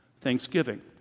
thanksgiving